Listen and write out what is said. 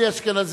אני אשכנזי.